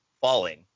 falling